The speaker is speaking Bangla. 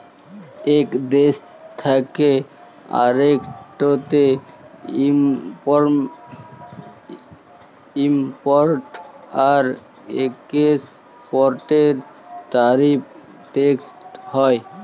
ইক দ্যেশ থ্যাকে আরেকটতে ইমপরট আর একেসপরটের তারিফ টেকস হ্যয়